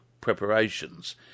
preparations